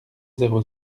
zéro